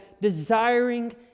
desiring